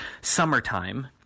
summertime